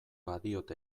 badiot